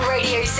Radio